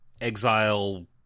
exile